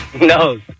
No